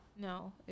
No